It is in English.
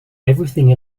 everything